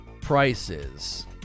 prices